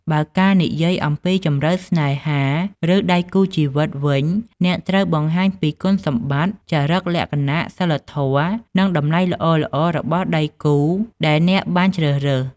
បើការនិយាយអំពីជម្រើសស្នេហាឬដៃគូជីវិតវិញអ្នកត្រូវបង្ហាញពីគុណសម្បត្តិ ចរិតលក្ខណៈ សីលធម៌ និងតម្លៃល្អៗរបស់ដៃគូដែលអ្នកបានជ្រើសរើស។